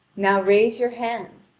now raise your hand!